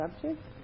subject